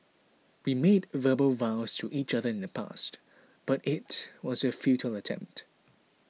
we made verbal vows to each other in the past but it was a futile attempt